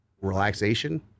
relaxation